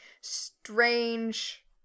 strange